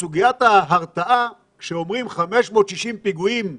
וכשאומרים ש-560 פיגועים נמנעו,